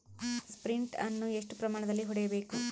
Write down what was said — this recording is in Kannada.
ಸ್ಪ್ರಿಂಟ್ ಅನ್ನು ಎಷ್ಟು ಪ್ರಮಾಣದಲ್ಲಿ ಹೊಡೆಯಬೇಕು?